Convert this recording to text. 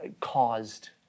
caused